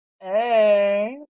Hey